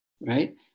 right